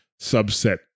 subset